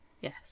Yes